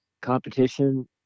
competition